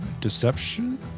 deception